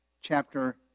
chapter